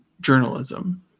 journalism